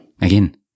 again